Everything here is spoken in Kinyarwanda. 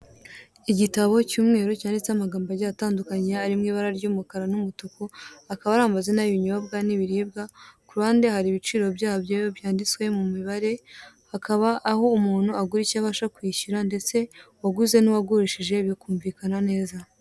Igitabo cy'umweru cyaneditseho amagambo agiye atandukanye arimo ibara ry'umukara n'umutuku, akaba ari amazina y'ibinyobwa n'ibiribwa ku ruhande hari ibiciro byabyo byanditswe mu mibare, akaba aho umuntu agura icyo abasha kwishyura ndetse uwaguze n'uwagurishije bikumvikana neza.